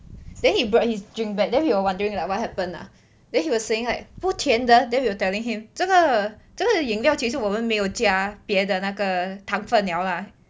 then he brought his drink back then we were wondering like what happened lah then he was saying like 不甜的 then we were telling 这个这个饮料其实我们没有加别的那个糖分 liao lah